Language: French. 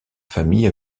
famille